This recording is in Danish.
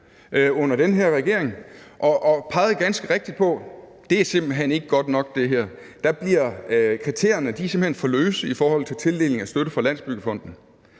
under den her regering, og den pegede ganske rigtigt på: Det her er simpelt hen ikke godt nok, kriterierne for tildeling af støtte fra Landsbyggefonden